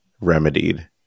remedied